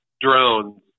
drones